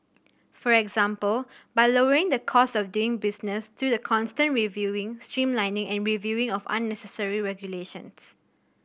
for example by lowering the cost of doing business through the constant reviewing streamlining and reviewing of unnecessary regulations